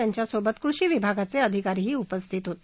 त्यांच्यासोबत कृषी विभागाचे अधिकारीही उपस्थित होते